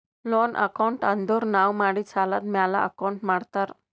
loan account ಅಂದುರ್ ನಾವು ಮಾಡಿದ್ ಸಾಲದ್ ಮ್ಯಾಲ ಅಕೌಂಟ್ ಮಾಡ್ತಾರ್